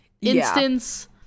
instance